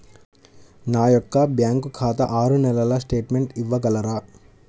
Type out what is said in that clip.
నా యొక్క బ్యాంకు ఖాతా ఆరు నెలల స్టేట్మెంట్ ఇవ్వగలరా?